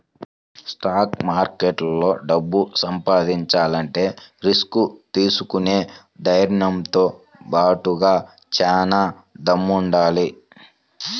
stock మార్కెట్లో డబ్బు సంపాదించాలంటే రిస్క్ తీసుకునే ధైర్నంతో బాటుగా చానా దమ్ముండాలి